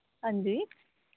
हांजी